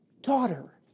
daughter